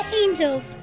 angels